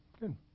Good